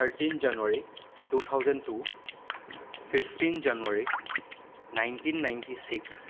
thirteen January two thousand two fifteen January nineteen ninety six